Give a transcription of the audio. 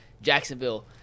Jacksonville